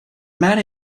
man